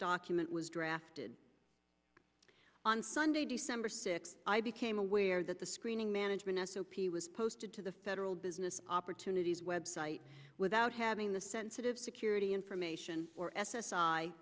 document was drafted on sunday december sixth i became aware that the screening management s o p was posted to the federal business opportunities website without having the sensitive security information or s